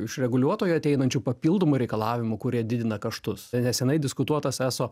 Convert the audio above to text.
iš reguliuotojo ateinančių papildomų reikalavimų kurie didina kaštus nesenai diskutuotas eso